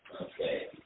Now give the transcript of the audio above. Okay